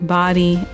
body